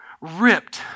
ripped